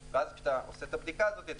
ואז כשאתה עושה את הבדיקה הזו אתה